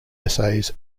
essays